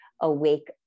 awake